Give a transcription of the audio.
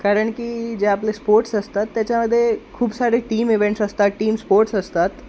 कारण की जे आपले स्पोर्ट्स असतात त्याच्यामध्ये खूप सारे टीम इवेंट्स असतात टीम स्पोर्ट्स असतात